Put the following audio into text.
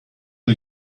yıl